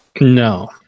No